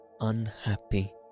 unhappy